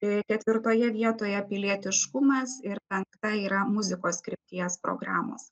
ir ketvirtoje vietoje pilietiškumas ir penkta yra muzikos krypties programos